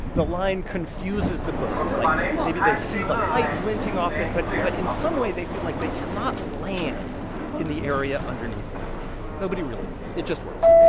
the line confuses the birds. like, maybe they see the light glinting off it. but but in some way, they feel like they cannot land in the area underneath the line. nobody really knows. it just works.